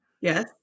Yes